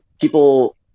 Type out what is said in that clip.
people